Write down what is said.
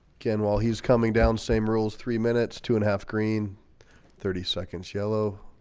again while he's coming down same rules three minutes two and a half green thirty seconds yellow